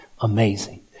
amazing